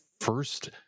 first